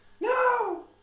No